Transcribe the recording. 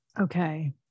Okay